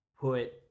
put